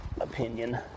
opinion